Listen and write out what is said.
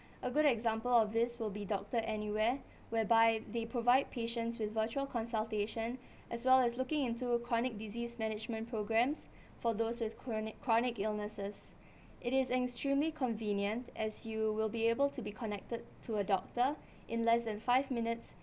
a good example of this will be doctor anywhere whereby they provide patients with virtual consultation as well as looking into chronic disease management programmes for those with chronic chronic illnesses it is extremely convenient as you will be able to be connected to a doctor in less than five minutes